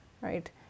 right